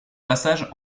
passage